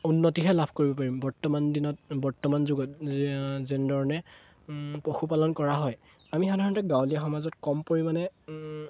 উন্নতিহে লাভ কৰিব পাৰিম বৰ্তমান দিনত বৰ্তমান যুগত যেনেধৰণে পশুপালন কৰা হয় আমি সাধাৰণতে গাঁৱলীয়া সমাজত কম পৰিমাণে